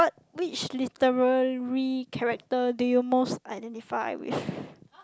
which literary character do you most identify with